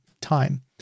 time